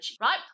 right